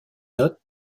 note